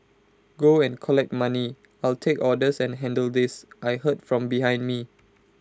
go and collect money I'll take orders and handle this I heard from behind me